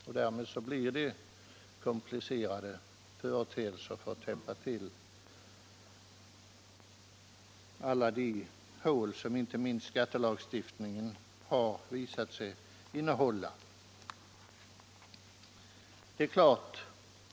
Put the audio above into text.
Och då blir det tyvärr komplicerade bestämmelser för att man skall kunna täppa till alla de hål som inte minst skattelagstiftningen har visat sig innehålla.